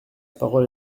parole